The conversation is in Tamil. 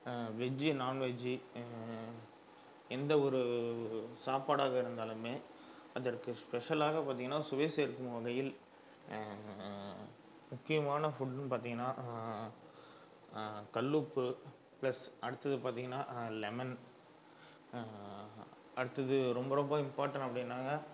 வெஜ் நாண்வெஜ் எந்தவொரு சாப்பாடாக இருந்தாலுமே அதற்கு ஸ்பெஷலாக பார்த்திங்கன்னா சுவை சேர்க்கும் வகையில் முக்கியமான ஃபுட்டுனு பார்த்திங்கன்னா கல் உப்பு ப்ளஸ் அடுத்தது பார்த்திங்கன்னா லெமன் அடுத்தது ரொம்ப ரொம்ப இம்பார்ட்டண்ட் அப்படின்னாக்கா